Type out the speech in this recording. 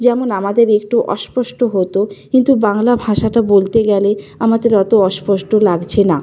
যেমন আমাদের একটু অস্পষ্ট হতো কিন্তু বাংলা ভাষাটা বলতে গেলে আমাদের অত অস্পষ্ট লাগছে না